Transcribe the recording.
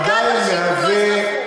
עדיין מהווה,